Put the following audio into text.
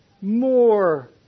more